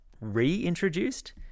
Reintroduced